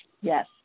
Yes